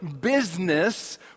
business